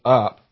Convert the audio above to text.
up